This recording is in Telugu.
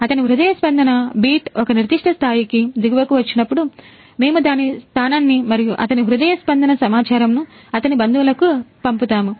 అతని హృదయ స్పందన బీట్ ఒక నిర్దిష్ట స్థాయికి దిగువకు వచ్చినప్పుడు అప్పుడు మేము దాని స్థానాన్ని మరియు అతని హృదయ స్పందన సమాచారమును అతని బంధువులు కు పంపుతాము